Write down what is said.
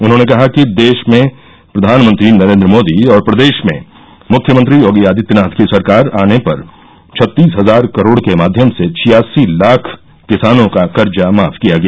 उन्होंने कहा कि देश में प्रधानमंत्री नरेन्द्र मोदी और प्रदेश में मुख्यमंत्री योगी आदित्यनाथ की सरकार आने पर छत्तीस हजार करोड़ के माध्यम से छियासी लाखकिसानों का कर्जा माफ किया गया